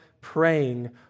praying